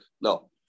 No